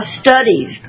studies